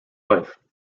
life